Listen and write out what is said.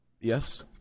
Yes